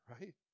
right